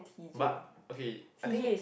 but okay I think it